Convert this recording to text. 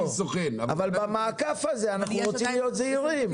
אבל במעקף הזה אנחנו רוצים להיות זהירים.